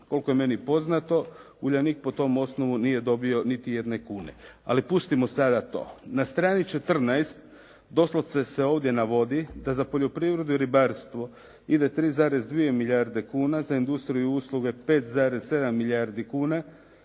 Koliko je meni poznato, Uljanik po tom osnovu nije dobio niti jedne kune. Ali pustimo sada to. Na strani 14 doslovce se ovdje navodi da za poljoprivredu i ribarstvo ide 3,2 milijarde kuna, za industriju i usluge 5,7 milijardi kuna,